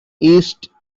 east